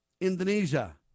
Indonesia